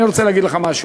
אני רוצה להגיד לך משהו: